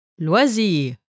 loisir